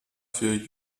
für